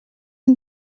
een